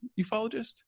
ufologist